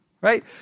Right